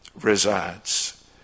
resides